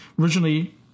originally